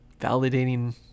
validating